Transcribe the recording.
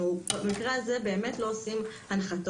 במקרה הזה אנחנו באמת לא עושים הנחתות.